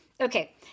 Okay